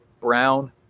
Brown